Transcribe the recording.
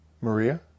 Maria